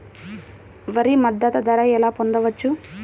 వరి మద్దతు ధర ఎలా పొందవచ్చు?